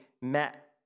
met